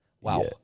wow